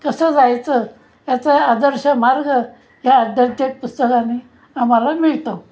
कसं जायचं याचं आदर्श मार्ग या आदर्थे पुस्तकाने आम्हाला मिळतं